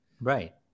Right